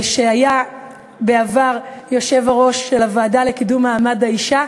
שהיה בעבר היושב-ראש של הוועדה לקידום מעמד האישה.